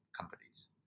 companies